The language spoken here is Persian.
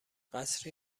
قصری